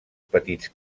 petits